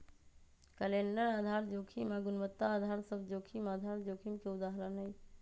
calendar आधार जोखिम आऽ गुणवत्ता अधार सभ जोखिम आधार जोखिम के उदाहरण हइ